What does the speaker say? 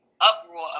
uproar